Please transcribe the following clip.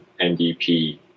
NDP